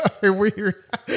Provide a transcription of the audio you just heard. Weird